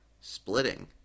splitting